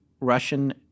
Russian